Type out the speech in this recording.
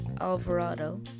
Alvarado